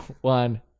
one